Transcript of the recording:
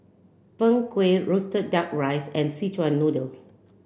Png Kueh Roasted Duck Rice and Szechuan Noodle